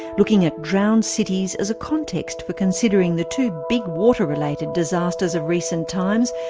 looking at drowned cities as a context for considering the two big water-related disasters of recent times,